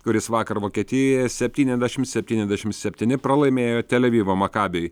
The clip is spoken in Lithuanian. kuris vakar vokietijoje septyniasdešimt septyniasdešimt septyni pralaimėjo tel avivo makabiui